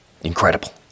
incredible